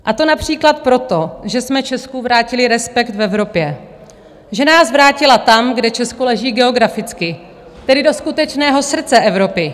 A to například proto, že jsme Česku vrátili respekt v Evropě, že nás vrátila tam, kde Česko leží geograficky, tedy do skutečného srdce Evropy.